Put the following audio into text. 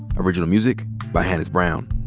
original music by hannis brown.